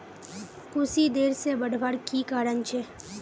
कुशी देर से बढ़वार की कारण छे?